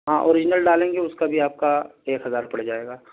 ہاں اوریجنل ڈالیں گے اس کا بھی آپ کا ایک ہزار پڑ جائے گا